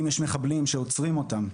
אם יש מחבלים שעוצרים אותם,